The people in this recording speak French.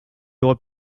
aurait